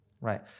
right